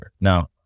Now